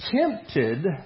tempted